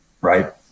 right